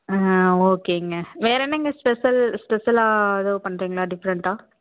ஆ ஓகேங்க வேறு என்னங்க ஸ்பெஷல் ஸ்பெஷலாக எதோ பண்ணுறிங்களா டிஃபரண்ட்டாக